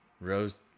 Rose